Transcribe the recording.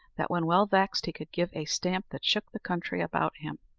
that, when well-vexed, he could give a stamp that shook the country about him.